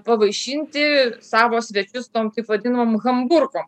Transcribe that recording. pavaišinti savo svečius tom taip vadinamom hamburkom